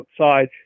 outside